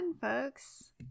folks